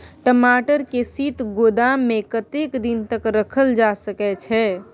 टमाटर के शीत गोदाम में कतेक दिन तक रखल जा सकय छैय?